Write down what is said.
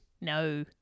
No